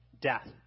Death